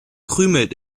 krümelt